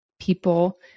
people